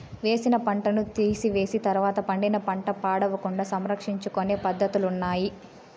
వేసిన పంటను తీసివేసిన తర్వాత పండిన పంట పాడవకుండా సంరక్షించుకొనే పద్ధతులున్నాయి